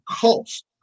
cost